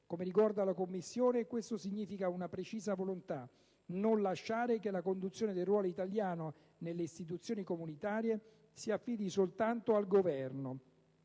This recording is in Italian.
Come ricorda la Commissione, questo significa una precisa volontà: non lasciare che la conduzione del ruolo italiano nelle istituzioni comunitarie si affidi soltanto al Governo,